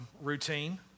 routine